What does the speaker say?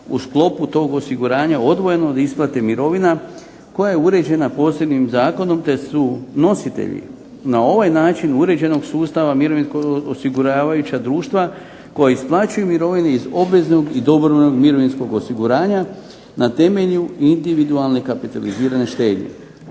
u sklopu tog osiguranja odvojeno od isplate mirovina koja je uređena posebnim zakonom, te su nositelji na ovaj način uređenog sustava mirovinskog osiguravajuća društva koja isplaćuju mirovine iz obveznog i dobrovoljnog mirovinskog osiguranja na temelju individualne kapitalizirane štednje.